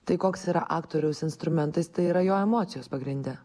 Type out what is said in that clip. tai koks yra aktoriaus instrumentas tai yra jo emocijos pagrinde